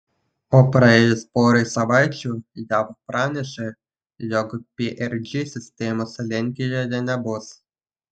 o praėjus porai savaičių jav pranešė jog prg sistemos lenkijoje nebus